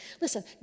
Listen